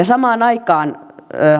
samaan aikaan